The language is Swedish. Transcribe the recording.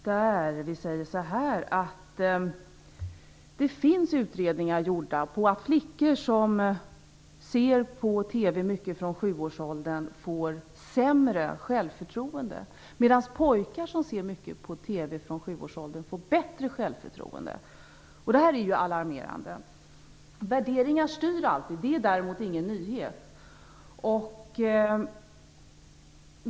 Det finns utredningar som visar att flickor som ser mycket på TV från sjuårsåldern får sämre självförtroende, medan pojkar som ser mycket på TV från sjuårsåldern får bättre självförtroende. Detta är alarmerande. Värderingar styr alltid - det är däremot ingen nyhet.